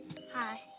Hi